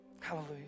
Hallelujah